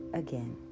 again